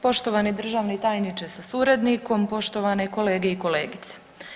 Poštovani državni tajniče sa suradnikom, poštovane kolege i kolegice.